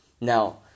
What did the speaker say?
Now